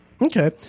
Okay